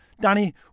Danny